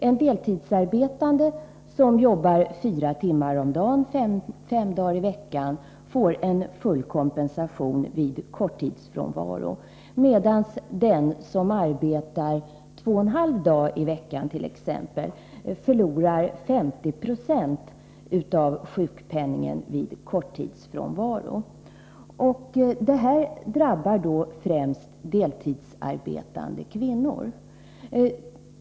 En deltidsarbetande som jobbar fyra timmar om dagen fem dagar i veckan får full kompensation vid korttidsfrånvaro, medan den som arbetar t.ex. två och en halv dag i veckan förlorar 50 96 av sjukpenningen vid korttidsfrånvaro. Och det här drabbar då främst deltidsarbetande kvinnor.